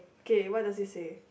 K what does he say